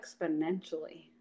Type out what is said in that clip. exponentially